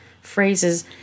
phrases